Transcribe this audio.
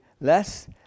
less